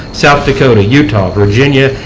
south dakota, utah, virginia,